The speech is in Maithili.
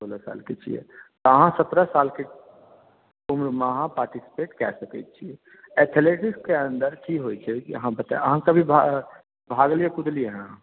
सोलह साल के छियै त अहाँ सत्रह साल के उम्र मे अहाँ पार्टिसिपेट कए सकै छियै एथेलेटिक्स के अन्दर की होइ छै अहाँ कभी भाग भगलियै कुदलियैह